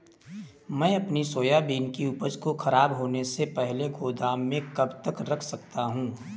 मैं अपनी सोयाबीन की उपज को ख़राब होने से पहले गोदाम में कब तक रख सकता हूँ?